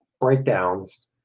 breakdowns